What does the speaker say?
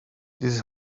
this